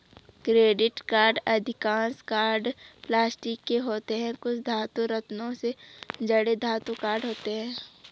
credit card अधिकांश card plastic के होते हैं, कुछ धातु, रत्नों से जड़े धातु कार्ड होते हैं